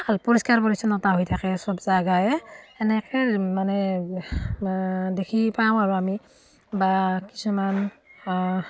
ভাল পৰিষ্কাৰ পৰিচ্ছন্নতা হৈ থাকে চব জেগাই সেনেকৈ মানে দেখি পাওঁ আৰু আমি বা কিছুমান